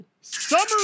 Summary